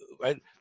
right